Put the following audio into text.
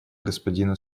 господину